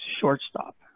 shortstop